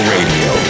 Radio